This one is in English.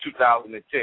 2010